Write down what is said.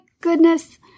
goodness